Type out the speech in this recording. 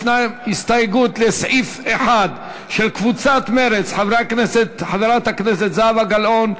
ישנה הסתייגות לסעיף 1 של קבוצת סיעת מרצ: חברי הכנסת זהבה גלאון,